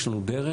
יש לנו דרך,